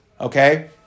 Okay